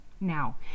Now